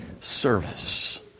service